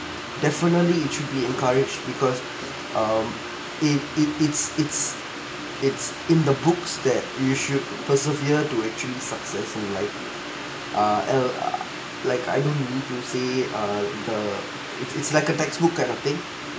definitely it should be encouraged because um it it it's it's it's in the books that you should persevere to achieve successful like ah uh like I don't really to say uh the it's it's like a text book kind of thing